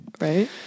Right